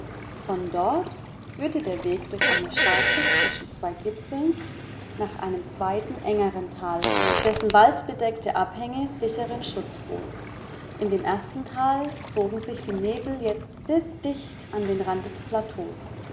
von dort führte der weg durch eine scharte zwischen zwei gipfeln nach einem zweiten engeren tal dessen waldbedeckte abhänge sicheren schutz boten in dem ersten tal zogen sich die nebel jetzt bis dicht an den rand des plateaus